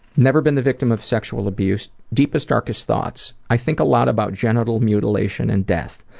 never been the victim of sexual abuse. deepest, darkest thoughts? i think a lot about genital mutilation and death.